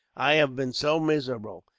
i had been so miserable.